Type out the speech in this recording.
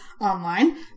online